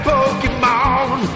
Pokemon